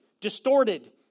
distorted